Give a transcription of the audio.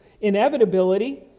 inevitability